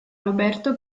roberto